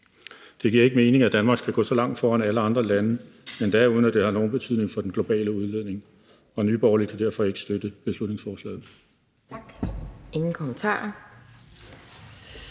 Det giver ikke mening, at Danmark skal gå så langt foran alle andre lande, endda uden at det har nogen betydning for den globale udledning. Nye Borgerlige kan derfor ikke støtte beslutningsforslaget. Kl. 12:40 Anden